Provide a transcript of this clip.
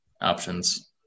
options